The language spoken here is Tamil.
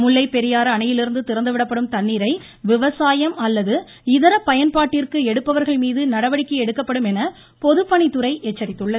முல்லைப் பெரியாறு அணையிலிருந்து திறந்து விடப்படும் தண்ணீரை விவசாயம் அல்லது இதர பயன்பாட்டிற்கு எடுப்பவர்கள் மீது நடவடிக்கை எடுக்கப்படும் என பொதுப்பணித்துறை எச்சரித்துள்ளது